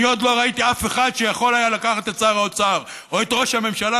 אני עוד לא ראיתי אף אחד שהיה יכול לקחת את שר האוצר או את ראש הממשלה,